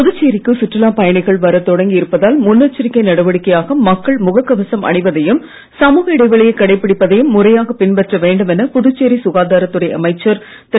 புதுச்சேரிக்கு சுற்றுலாப் பயணிகள் வர தொடங்கி இருப்பதால் முன்னெச்சரிக்கை நடவடிக்கையாக மக்கள் முகக் கவசம் அணிவதையும் சமூக இடைவெளியை கடைபிடிப்பதையும் முறையாக பின்பற்ற வேண்டும் என புதுச்சேரி சுகாதாரத் துறை அமைச்சர் திரு